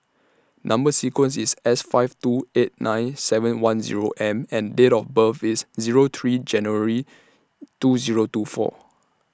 Number sequence IS S five two eight nine seven one Zero M and Date of birth IS Zero three January two Zero two four